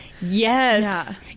yes